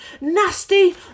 nasty